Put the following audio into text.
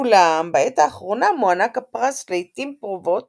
אולם בעת האחרונה מוענק הפרס לעיתים קרובות